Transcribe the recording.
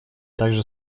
также